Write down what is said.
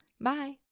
Bye